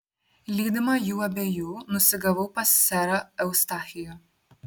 lydima jų abiejų nusigavau pas serą eustachijų